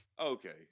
Okay